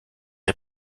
est